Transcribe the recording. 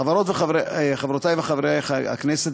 חברות וחברי הכנסת,